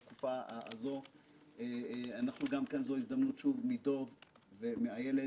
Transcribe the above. זו הזדמנות שוב להיפרד מדב ואיילת,